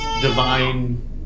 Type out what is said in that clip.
divine